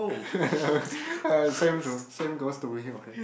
ya same go~ same goes to me okay